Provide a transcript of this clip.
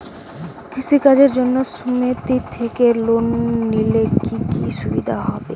কৃষি কাজের জন্য সুমেতি থেকে লোন নিলে কি কি সুবিধা হবে?